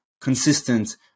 consistent